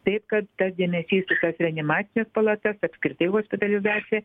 taip kad tas dėmesys į tas reanimacines palatas apskritai hospitalizaciją